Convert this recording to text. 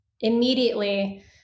immediately